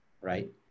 Right